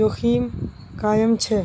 जोखिम कायम छे